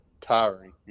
tiring